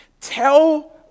Tell